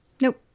Nope